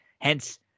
Hence